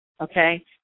okay